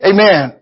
Amen